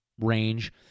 range